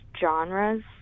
genres